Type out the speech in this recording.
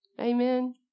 Amen